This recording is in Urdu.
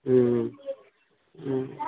ہوں ہوں ہوں ہوں